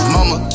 Mama